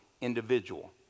individual